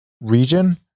region